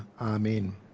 Amen